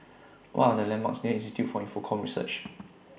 What Are The landmarks near Institute For Infocomm Research